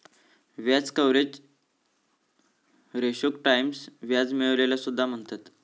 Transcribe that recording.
व्याज कव्हरेज रेशोक टाईम्स व्याज मिळविलेला सुद्धा म्हणतत